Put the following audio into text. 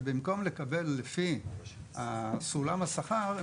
שבמקום לקבל לפי סולם השכר,